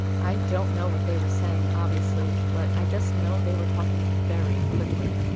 i don't know what they were saying obviously, but i just know they were talking very quickly.